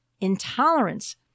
intolerance